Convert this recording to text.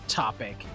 topic